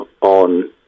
on